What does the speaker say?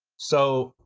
so,